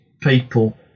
people